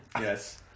Yes